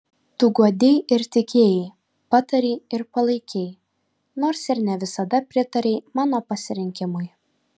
tu guodei ir tikėjai patarei ir palaikei nors ir ne visada pritarei mano pasirinkimui